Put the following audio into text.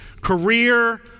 career